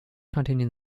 containing